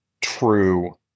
true